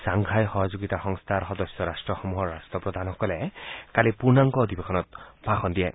Shanghai সহযোগিতা সংস্থাৰ সদস্য ৰাট্টসমূহৰ ৰাট্টপ্ৰধানসকলে কালি পূৰ্ণাংগ অধিৱেশনত ভাষণ দিয়ে